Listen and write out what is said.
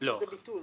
זה ביטול.